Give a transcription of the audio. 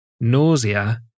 nausea